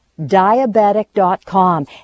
diabetic.com